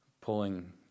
pulling